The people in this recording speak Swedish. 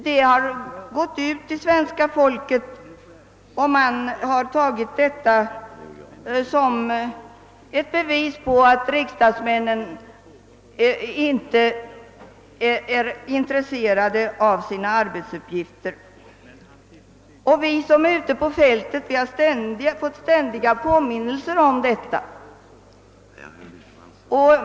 De har gått ut till svenska folket, som har tagit dem som ett bevis på att riksdagsmännen inte är intresserade av sina arbetsuppgifter. Vi som är ute på fället har fått ständiga påminnelser om detta.